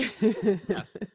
Yes